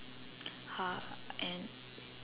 !huh! and